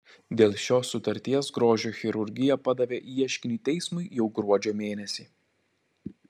dėl šios sutarties grožio chirurgija padavė ieškinį teismui jau gruodžio mėnesį